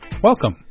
Welcome